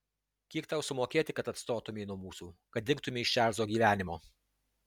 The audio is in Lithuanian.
kiek tau sumokėti kad atstotumei nuo mūsų kad dingtumei iš čarlzo gyvenimo